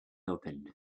opened